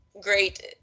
great